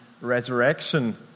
resurrection